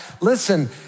Listen